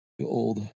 Old